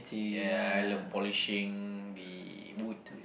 ya I love polishing the wood